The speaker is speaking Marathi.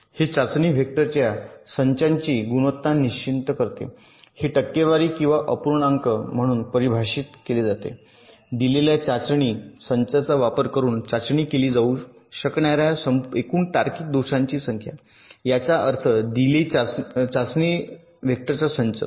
हे चाचणी वेक्टरच्या संचाची गुणवत्ता निश्चित करते हे टक्केवारी किंवा अपूर्णांक म्हणून परिभाषित केले जाते दिलेल्या चाचणी संचाचा वापर करून चाचणी केली जाऊ शकणार्या एकूण तार्किक दोषांची संख्या याचा अर्थ दिले चाचणी वेक्टरचा संच